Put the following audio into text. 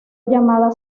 llamada